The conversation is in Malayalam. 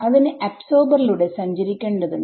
അതിന് അബ്സോർബർ ലൂടെ സഞ്ചാരിക്കേണ്ടതുണ്ട്